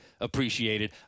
appreciated